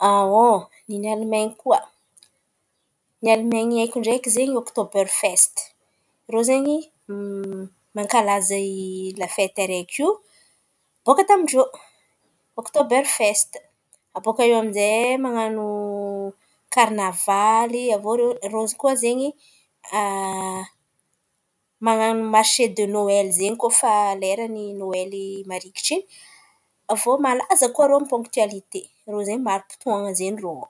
Nen’i Almainina koa, ny Almainina haiko ndraiky zen̈y: ôktôber festa. Irô zen̈y mankalaza iô fety araiky io, boaka tamin-drô ôktôber festà. Baka iô aminjay man̈ano karnaval, irô koa zen̈y man̈ano marse de nôely zen̈y koa fa leran’ny nôel marikitry. Avô malaza koa irô amin’ny pônktoalite, mari-potoan̈a zen̈y rô ao.